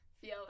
Feel